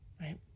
right